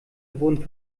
wurden